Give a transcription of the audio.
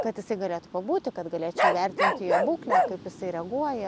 kad jisai galėtų pabūti kad galėčiau įvertinti jo būklę kaip jisai reaguoja